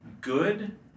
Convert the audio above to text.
Good